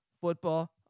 football